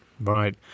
Right